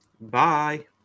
Bye